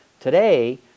today